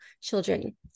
children